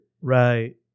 Right